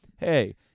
Hey